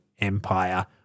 Empire